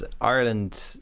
Ireland